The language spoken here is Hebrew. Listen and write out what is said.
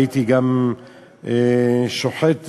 הייתי גם שוחט בארגנטינה,